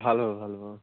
ভাল হ'ব ভাল হ'ব